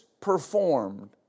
performed